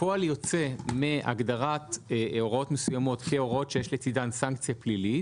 כפועל יוצא מהגדרת הוראות מסוימות כהוראות שיש לצדן סנקציה פלילית